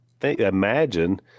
imagine